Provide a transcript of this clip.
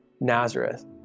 Nazareth